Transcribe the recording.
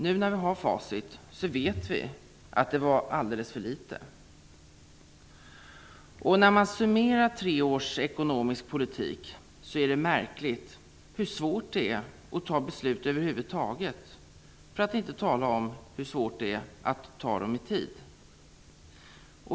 Nu när vi har facit vet vi att det var alldeles för lite. När man summerar tre års ekonomisk politik är det märkligt att se hur svårt det är att fatta beslut över huvud taget, för att inte tala om hur svårt det är att fatta dem i tid.